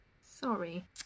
Sorry